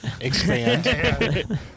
expand